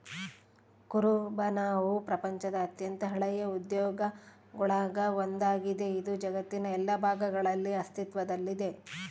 ಕುರುಬನವು ಪ್ರಪಂಚದ ಅತ್ಯಂತ ಹಳೆಯ ಉದ್ಯೋಗಗುಳಾಗ ಒಂದಾಗಿದೆ, ಇದು ಜಗತ್ತಿನ ಎಲ್ಲಾ ಭಾಗಗಳಲ್ಲಿ ಅಸ್ತಿತ್ವದಲ್ಲಿದೆ